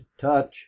touch